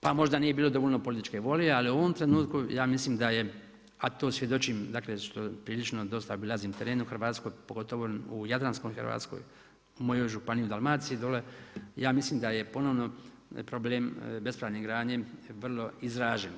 Pa možda nije bilo dovoljno političke volje ali u ovom trenutku ja mislim da je a to svjedočim dakle prilično dosta obilazim terene u Hrvatskoj pogotovo u Jadranskoj Hrvatskoj, u mojoj županiji u Dalmaciji dolje, ja mislim da je ponovno problem bespravne gradnje vrlo izražen.